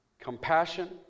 compassion